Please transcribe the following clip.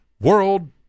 world